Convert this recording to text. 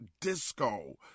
disco